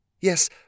Yes